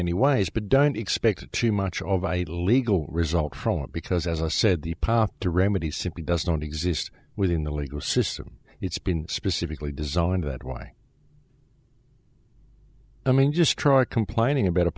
many ways but don't expect too much of a legal result from it because as i said the power to remedy simply doesn't exist within the legal system it's been specifically designed that way i mean just try complaining about a